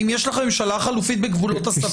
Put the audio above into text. אם יש לכם ממשלה חלופית בגבולות הסביר.